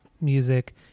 music